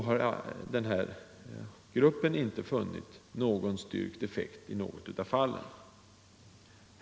Gruppen har inte funnit styrkt effekt i något av fallen.